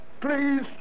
please